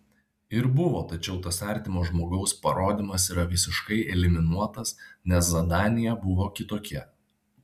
ir buvo tačiau tas artimo žmogaus parodymas yra visiškai eliminuotas nes zadanija buvo kitokia